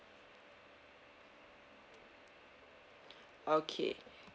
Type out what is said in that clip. okay